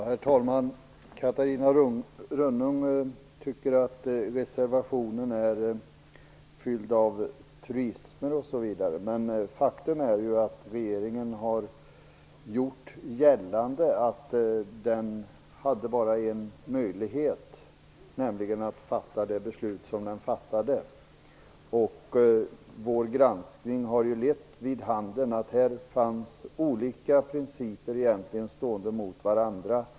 Herr talman! Catarina Rönnung tycker att reservationen är full av truismer. Faktum är emellertid att regeringen gjort gällande att den hade bara en möjlighet, nämligen att fatta det beslut som den fattade. Vår granskning har gett vid handen att här stod egentligen olika principer mot varandra.